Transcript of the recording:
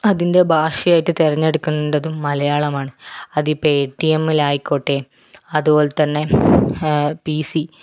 അതിൻ്റെ ഭാഷയായിട്ട് തെരഞ്ഞെടുക്കേണ്ടതും മലയാളമാണ് അതിപ്പോൾ എ ടി എമ്മിൽ ആയിക്കോട്ടെ അതുപോലെ തന്നെ പി സി